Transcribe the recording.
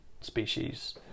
species